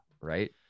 right